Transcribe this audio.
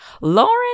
Lauren